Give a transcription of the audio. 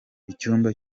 icyumba